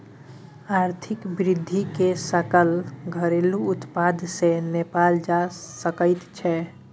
आर्थिक वृद्धिकेँ सकल घरेलू उत्पाद सँ नापल जा सकैत छै